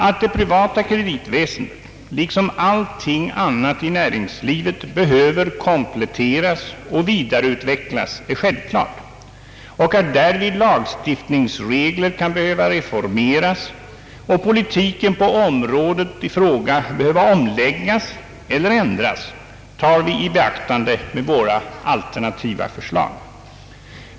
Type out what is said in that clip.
Att det privata kreditväsendet liksom allting annat i näringslivet behöver kompletteras och vidareutvecklas är självklart, och att därvid lagstiftningsregler kan behöva reformeras och politiken på området behöva omläggas eller ändras tar vi i beaktande med våra alternativa förslag.